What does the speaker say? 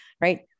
right